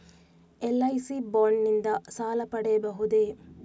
LIC bond ನಿಂದ ಸಾಲ ಪಡೆಯಬಹುದೇ?